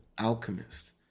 alchemist